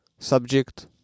Subject